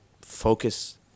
focus